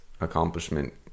accomplishment